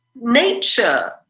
nature